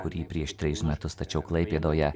kurį prieš trejus metus stačiau klaipėdoje